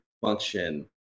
function